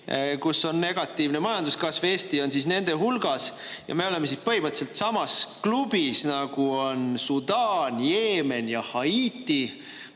kus on negatiivne majanduskasv. Eesti on nende hulgas ja me oleme põhimõtteliselt samas klubis, kus on Sudaan, Jeemen ja Haiti,